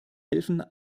helfen